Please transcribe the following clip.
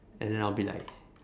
and then I'll be like